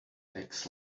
takes